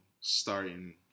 starting